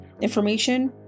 information